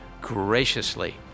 graciously